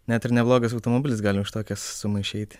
net ir neblogas automobilis gali už tokią sumą išeiti